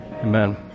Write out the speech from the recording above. Amen